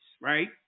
right